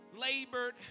Labored